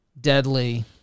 deadly